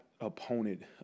opponent